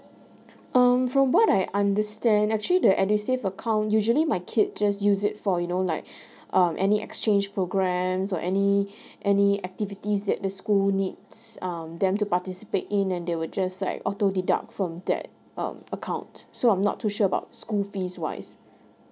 um from what I understand actually the edusave account usually my kid just use it for you know like um any exchange programmes or any any activities that the school needs um them to participate in and they will just like auto deduct from that um account so I'm not too sure about school fees wise